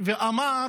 ואמר